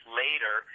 later